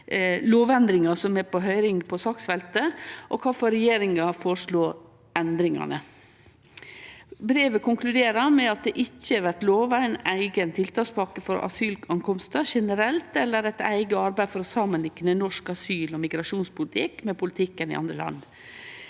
lovendringar som er på høyring på saksfeltet, og kvifor regjeringa føreslår endringane. Brevet konkluderer med at det ikkje blir lova ei eiga tiltakspakke for asylinnkomstar generelt eller eit eige arbeid for å samanlikne norsk asyl- og migrasjonspolitikk med politikken i andre land.